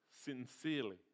sincerely